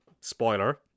spoiler